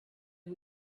who